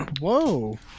Whoa